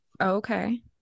Okay